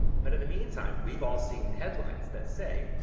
but in the meantime, we've all seen the headlines that say,